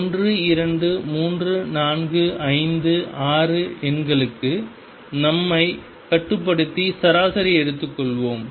1 2 3 4 5 6 எண்களுக்கு நம்மை கட்டுப்படுத்தி சராசரியை எடுத்துக் கொள்வோம்